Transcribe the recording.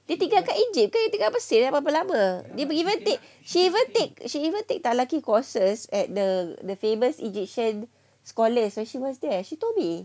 dia tinggal kat egypt itu dia tinggal mesir dah berapa lama she even take she even take talaqqi courses at the the famous egyptian scholars when she was there she told me